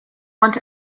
want